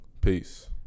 Peace